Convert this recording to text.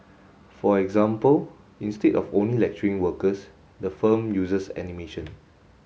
for example instead of only lecturing workers the firm uses animation